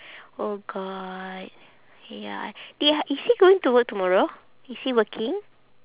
oh god ya I i~ is he going to work tomorrow is he working